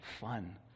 fun